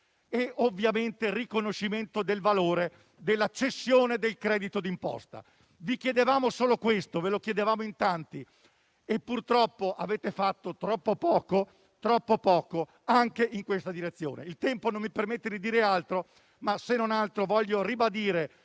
e ovviamente riconoscimento del valore della cessione del credito d'imposta? Vi chiedevamo solo questo, ve lo chiedevamo in tanti, e purtroppo avete fatto troppo poco anche in questa direzione. Il tempo non mi permette di dire altro; voglio comunque ribadire